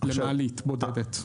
למעלית בודדת.